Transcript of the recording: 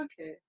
Okay